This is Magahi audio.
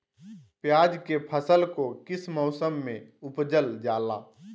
प्याज के फसल को किस मौसम में उपजल जाला?